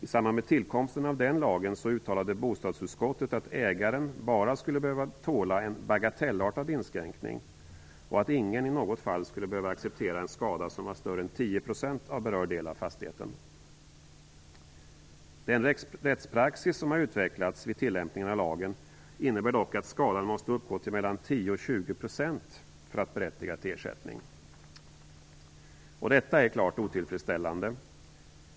I samband med tillkomsten av den lagen uttalade bostadsutskottet att ägaren bara skulle behöva tåla en bagatellartad inskränkning och att ingen i något fall skulle behöva acceptera en skada som var större än 10 % av berörd del av fastigheten. Den rättspraxis som har utvecklats vid tillämpningen av lagen innebär dock att skadan måste uppgå till mellan 10 och 20 % för att berättiga till ersättning. Detta är klart otillfredsställande.